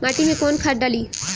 माटी में कोउन खाद डाली?